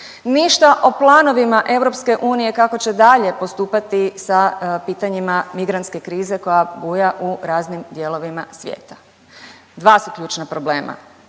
Ništa o planovima EU kako će dalje postupati sa pitanjima migrantske krize koja buja u raznim dijelovima svijeta. Dva su ključna problema.